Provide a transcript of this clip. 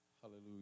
Hallelujah